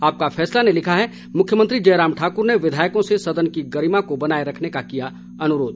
आपका फैसला ने लिखा है मुख्यमंत्री जयराम ठाकुर ने विधायकों से सदन की गरिमा को बनाए रखने का किया अनुरोध